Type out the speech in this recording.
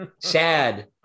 Sad